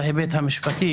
בהיבט המשפטי,